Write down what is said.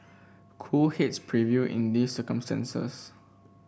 cool heads prevail in these circumstances